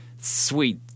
sweet